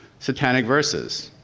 satanic verses,